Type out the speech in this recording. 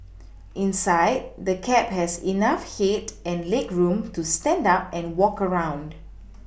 inside the cab has enough head and legroom to stand up and walk around